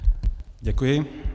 Děkuji.